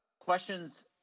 Questions